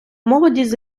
молодість